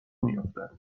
میافتد